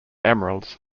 emeralds